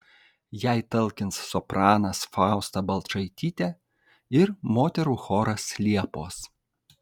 jai talkins sopranas fausta balčaitytė ir moterų choras liepos